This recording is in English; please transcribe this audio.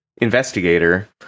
investigator